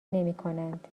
نمیکنند